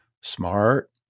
Smart